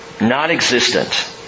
Non-existent